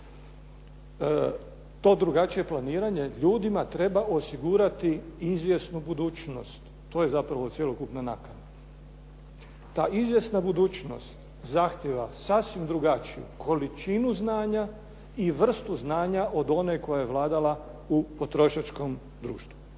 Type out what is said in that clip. To drugačije planiranje ljudima treba osigurati izvjesnu budućnost. To je zapravo cjelokupna nakana. Ta izvjesna budućnost zahtjeva sasvim drugačiju količinu znanja i vrstu znanja od one koja je vladala u potrošačkom društvu.